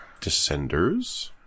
Descenders